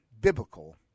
biblical